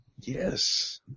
Yes